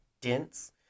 dense